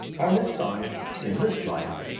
on this side, in this life,